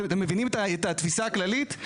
אתם מבינים את התפיסה הכללית?